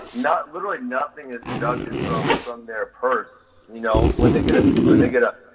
not literally nothing is deducted from from their purse. you know when they get it, when they get up.